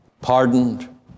pardoned